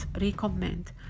recommend